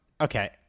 Okay